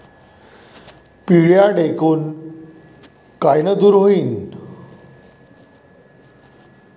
पिढ्या ढेकूण कायनं दूर होईन?